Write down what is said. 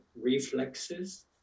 reflexes